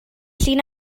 llun